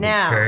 Now